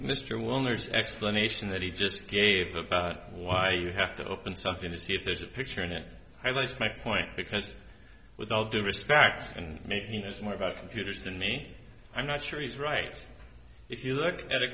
nerds explanation that he just gave about why you have to open something to see if there's a picture in it i like my point because with all due respect and maybe he knows more about computers than me i'm not sure he's right if you look at a